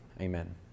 Amen